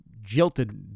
jilted